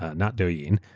ah not douyin,